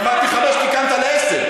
אני אמרתי 5, תיקנת ל-10.